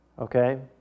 Okay